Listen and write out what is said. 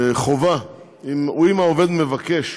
חובה, אם העובד מבקש,